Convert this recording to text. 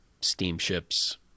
steamships